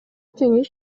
жеңиш